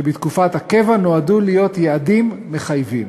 שבתקופת הקבע נועדו להיות יעדים מחייבים.